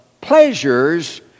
pleasures